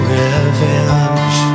revenge